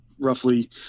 roughly